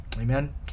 Amen